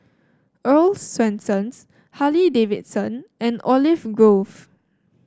Earl's Swensens Harley Davidson and Olive Grove